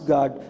God